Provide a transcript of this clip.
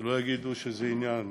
שלא יגידו שזה עניין